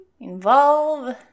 involve